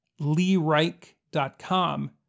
leereich.com